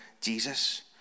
Jesus